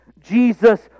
Jesus